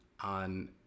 on